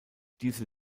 diese